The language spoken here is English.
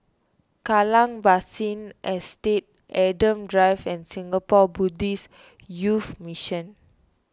Kallang Basin Estate Adam Drive and Singapore Buddhist Youth Mission